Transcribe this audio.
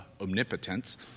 omnipotence